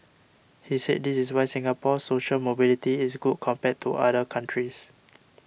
he said this is why Singapore's social mobility is good compared to other countries